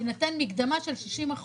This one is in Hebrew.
תינתן תקדמה של 60%,